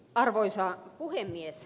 arvoisa puhemies